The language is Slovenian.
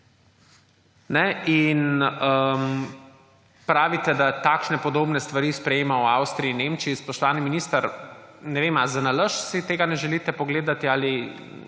Pravite, da takšne in podobne stvari sprejemajo v Avstriji in Nemčiji. Spoštovani minister, ne vem, ali si nalašč tega ne želite pogledati ali